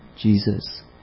Jesus